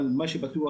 אבל אני חושב